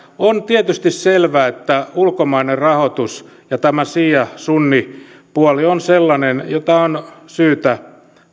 on tietysti selvä että ulkomainen rahoitus ja tämä siia sunni puoli on sellainen jota on syytä